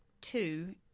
two